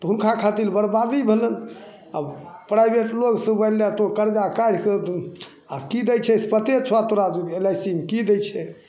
तऽ हुनका खातिर बरबादी भेलनि अब प्राइवेट लोगसँ बोल लै तु कर्जा काढ़ि कऽ दै छै आओर की दै छै से पते छऽ तोरा एल आइ सी मे की दै छै